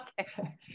Okay